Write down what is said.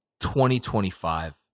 2025